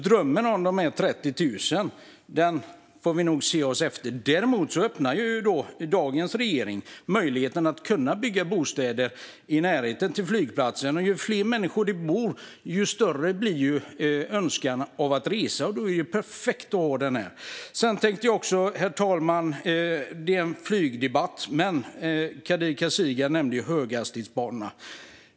Drömmen om dessa 30 000 bostäder får vi nog se oss om efter. Däremot öppnar dagens regering för möjligheten att bygga bostäder i närheten av flygplatsen. Och ju fler människor som bor där, desto större blir önskan om att resa. Då är det perfekt att ha flygplatsen där. Detta är en debatt om flyget. Men Kadir Kasirga nämnde höghastighetsbanorna.